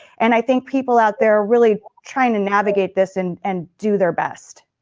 and i think people out there really trying to navigate this and and do their best.